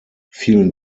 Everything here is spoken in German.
vielen